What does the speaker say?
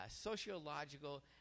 sociological